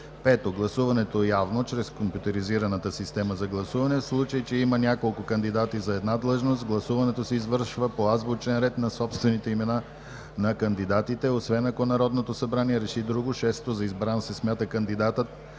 5. Гласуването е явно чрез компютризираната система за гласуване. В случай че има няколко кандидати за една длъжност, гласуването се извършва по азбучен ред на собствените имена на кандидатите, освен ако Народното събрание реши други. 6. За избран се смята кандидатът,